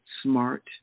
smart